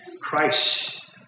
Christ